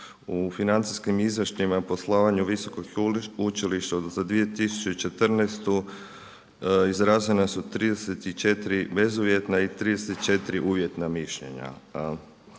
U financijskim izvješćima i poslovanju visokih učilišta za 2014. izražena su 34 bezuvjetna i 34 uvjetna mišljenja.